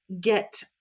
get